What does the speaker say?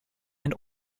and